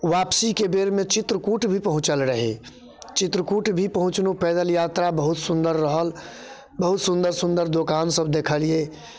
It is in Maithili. वापसीके बेरमे चित्रकूट भी पहुँचल रही चित्रकूट भी पहुँचलहुँ पैदल यात्रा बहुत सुन्दर रहल बहुत सुन्दर सुन्दर दोकानसभ देखलियै